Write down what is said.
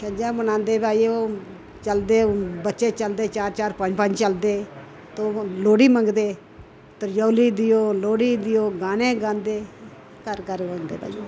छज्जा बनांदे भई ओह् चलदे बच्चे चलदे चार चार पंज पंज चलदे ते ओह् लोह्ड़ी मंगदे त्रिचौली देओ लोह्ड़ी देओ गाने गांदे घर घर औंदे भई